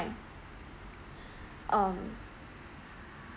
uh